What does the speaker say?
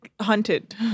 hunted